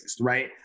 right